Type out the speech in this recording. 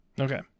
Okay